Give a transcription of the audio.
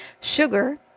Sugar